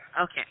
okay